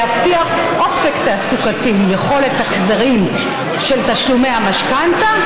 להבטיח אופק תעסוקתי עם יכולת החזרים של תשלומי המשכנתה,